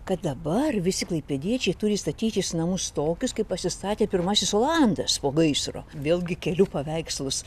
kad dabar visi klaipėdiečiai turi statytis namus tokius kai pasistatė pirmasis olandas po gaisro vėlgi keliu paveikslus